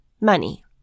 Money